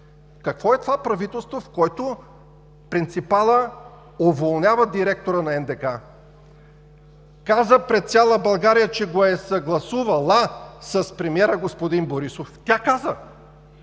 Какво е това правителство, в което принципалът уволнява директора на НДК? Тя каза пред цяла България, че го е съгласувала с премиера господин Борисов. След като